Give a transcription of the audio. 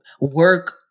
work